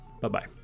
Bye-bye